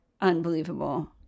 unbelievable